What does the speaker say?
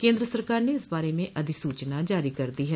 केन्द्र सरकार ने इस बारे में अधिसूचना जारी कर दी है